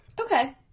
Okay